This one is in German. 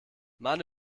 mann